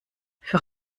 für